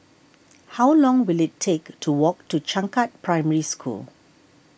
how long will it take to walk to Changkat Primary School